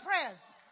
prayers